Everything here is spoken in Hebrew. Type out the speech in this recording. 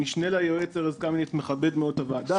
המשנה ליועץ ארז קמיניץ מכבד מאוד את הוועדה והוא